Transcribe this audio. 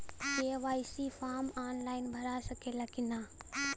KYC form online भरा सकला की ना?